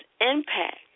impact